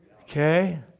Okay